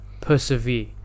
persevere